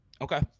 Okay